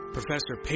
Professor